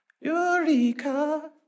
Eureka